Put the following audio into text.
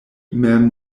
mem